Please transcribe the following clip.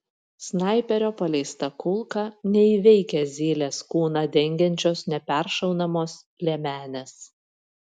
snaiperio paleista kulka neįveikia zylės kūną dengiančios neperšaunamos liemenės